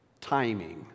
timing